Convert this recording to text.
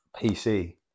PC